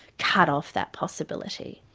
cut off that possibility.